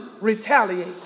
retaliate